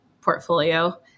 portfolio